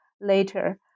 later